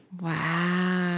Wow